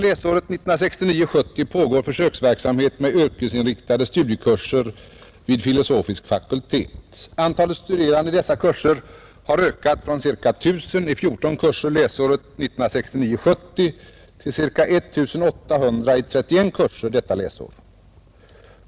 Antalet studerande i dessa kurser har ökat från ca 1 000 i 14 kurser läsåret 1969/70 till ca 1 800 i 31 kurser detta läsår.